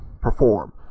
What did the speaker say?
perform